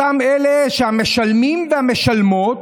אותם אלה שמשלמים ומשלמות,